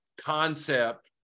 concept